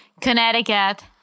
Connecticut